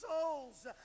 souls